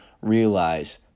realize